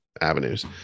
avenues